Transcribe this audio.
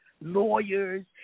lawyers